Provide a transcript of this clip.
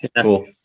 cool